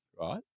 right